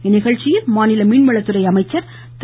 இந்நிகழ்ச்சியில் மாநில மீன்வளத்துறை அமைச்சர் திரு